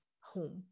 home